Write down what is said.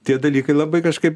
tie dalykai labai kažkaip